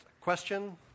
Question